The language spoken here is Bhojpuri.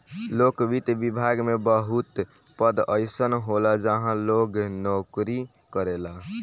लोक वित्त विभाग में बहुत पद अइसन होला जहाँ लोग नोकरी करेला